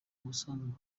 basanzwe